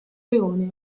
leone